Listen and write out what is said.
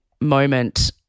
moment